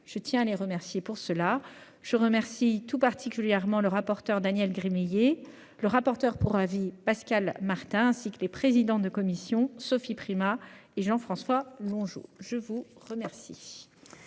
Je tiens à les en remercier. Je salue tout particulièrement le rapporteur Daniel Gremillet et le rapporteur pour avis, Pascal Martin, ainsi que les présidents de commission Sophie Primas et Jean-François Longeot. La parole